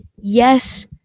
Yes